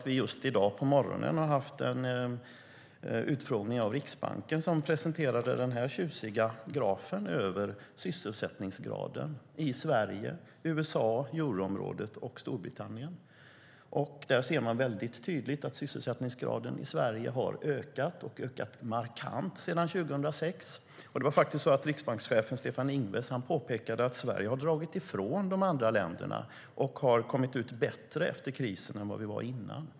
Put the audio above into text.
I dag på morgonen har vi haft en utfrågning av Riksbanken, som presenterade en tjusig graf över sysselsättningsgraden i Sverige, USA, euroområdet och Storbritannien. Där ser man tydligt att sysselsättningsgraden i Sverige har ökat och ökat markant sedan 2006.Det var faktiskt så att Riksbankschefen Stefan Ingves påpekade att Sverige har dragit ifrån de andra länderna och kommit ut bättre efter krisen än vad man var innan.